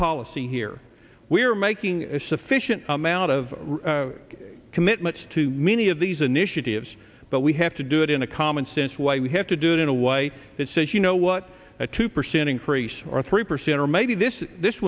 policy here we're making a sufficient amount of commitments to many of these initiatives but we have to do it in a common sense way we have to do it in a way that says you know what a two percent increase or three percent or maybe this is this